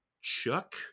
chuck